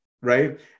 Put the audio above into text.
Right